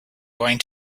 going